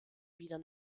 wieder